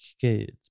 kids